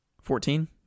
Fourteen